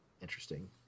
interesting